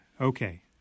Okay